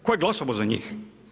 Tko je glasovao za njih?